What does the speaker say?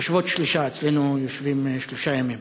יושבות שלושה, אצלנו יושבים שלושה ימים.